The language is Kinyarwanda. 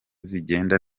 zigenda